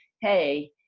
hey